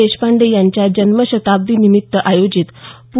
देशपांडे यांच्या जन्मशताब्दी निमित्त आयोजित पू